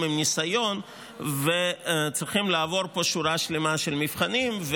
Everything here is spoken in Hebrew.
עם ניסיון וצריכים לעבור פה שורה שלמה של מבחנים,